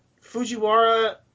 Fujiwara